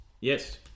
Yes